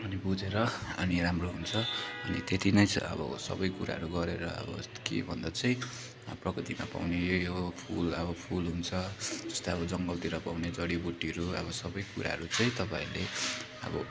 अनि बुझेर अनि राम्रो हुन्छ अनि त्यत्ति नै छ अब सबै कुराहरू गरेर अब के भन्दा चाहिँ प्रकृतिमा पाउने यही हो फुल अब फुल हुन्छ जस्तै अब जङ्गलतिर पाउने जडीबुटीहरू अब सबै कुराहरू चाहिँ तपाईँहरूले अब